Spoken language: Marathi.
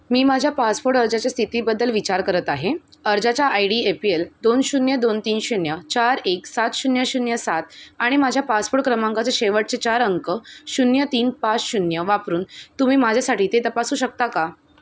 मी माझ्या पासपोर्ट अर्जाच्या स्थितीबद्दल विचार करत आहे अर्जाचा ID A P L दोन शून्य दोन तीन शून्य चार एक सात शून्य शून्य सात आणि माझ्या पासपोर्ट क्रमांकाचे शेवटचे चार अंक शून्य तीन पाच शून्य वापरून तुम्ही माझ्यासाठी ते तपासू शकता का